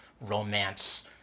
romance